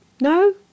No